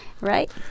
right